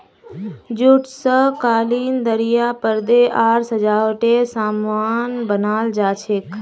jute स कालीन दरियाँ परदे आर सजावटेर सामान बनाल जा छेक